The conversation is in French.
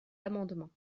amendements